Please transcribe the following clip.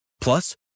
Plus